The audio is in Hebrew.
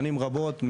שנים רבות,